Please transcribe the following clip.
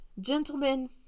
Gentlemen